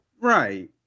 right